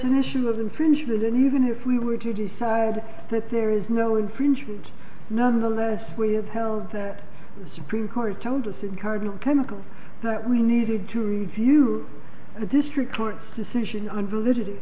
an issue of infringement and even if we were to decide that there is no infringement nonetheless we have held that the supreme court told us in cardinal chemical that we needed to review the district court's decision unrel